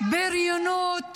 בריונות